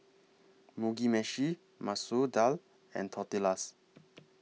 Mugi Meshi Masoor Dal and Tortillas